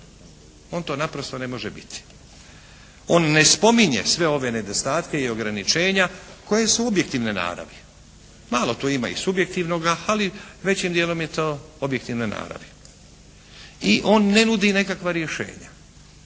On to naprosto ne može biti. On ne spominje sve ove nedostatke i ograničenja koje su objektivne naravi. Malo tu ima i subjektivnoga ali većim dijelom je to objektivne naravi. I on ne nudi nekakva rješenja.